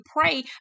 pray